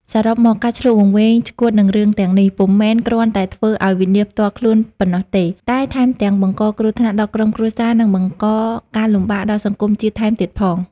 សរុបមក ការឈ្លក់វង្វេងឆ្កួតនឹងរឿងទាំងនេះ ពុំមែនគ្រាន់តែធ្វើឲ្យវិនាសផ្ទាល់ខ្លួនប៉ុណ្ណោះទេ តែថែមទាំងបង្កគ្រោះថ្នាក់ដល់ក្រុមគ្រួសារ និងបង្កការលំបាកដល់សង្គមជាតិថែមទៀតផង ។